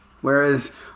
Whereas